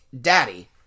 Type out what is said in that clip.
Daddy